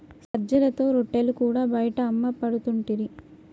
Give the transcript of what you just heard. సజ్జలతో రొట్టెలు కూడా బయట అమ్మపడుతుంటిరి